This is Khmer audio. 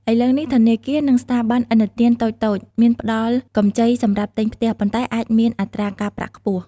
ឥឡូវនេះ ធនាគារ និងស្ថាប័នឥណទានតូចៗ មានផ្ដល់កម្ចីសម្រាប់ទិញផ្ទះ ប៉ុន្តែអាចមានអត្រាការប្រាក់ខ្ពស់។